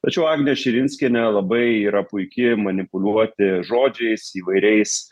tačiau agnė širinskienė labai yra puiki manipuliuoti žodžiais įvairiais